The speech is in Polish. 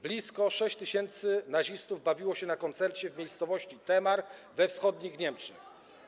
Blisko 6 tys. nazistów bawiło się na koncercie w miejscowości Themar we wschodnich Niemczech.